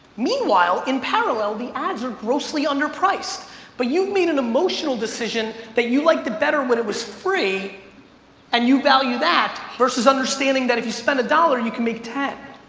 meanwhile, in parallel, the ads are grossly underpriced but you've made an emotional decision that you like better when it was free and you value that versus understanding that if you spent a dollar, and you can make ten.